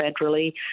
federally